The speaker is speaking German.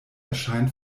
erscheint